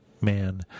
man